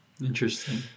Interesting